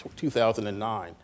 2009